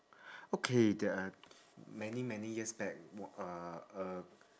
okay the uh many many years back uh uh